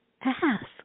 Ask